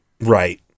right